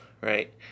right